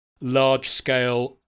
large-scale